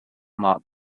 mark